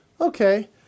okay